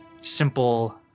simple